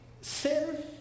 sin